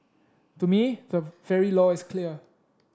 to me the very law is clear